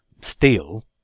steel